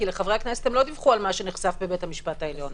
כי לחברי הכנסת הם לא דיווחו על מה שנחשף בבית המשפט העליון.